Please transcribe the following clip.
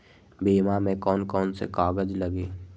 बीमा में कौन कौन से कागज लगी?